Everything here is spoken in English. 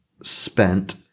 Spent